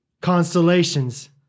constellations